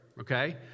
Okay